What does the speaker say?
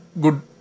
good